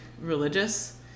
religious